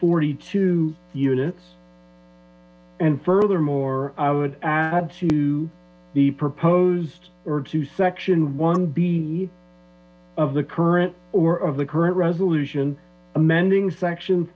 forty two units and furthermore i would add to the proposed or to section one b of the current or of the current resolution amending section